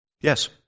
Yes